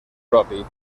propi